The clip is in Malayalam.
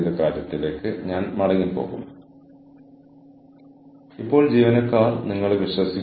കൂടാതെ നെറ്റ്വർക്കിൽ നിന്ന് ആവശ്യമുള്ളതെന്തും നെറ്റ്വർക്കിൽ നിന്ന് വലിക്കുന്നു